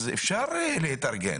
אז אפשר להתארגן.